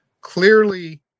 Clearly